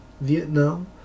Vietnam